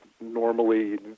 normally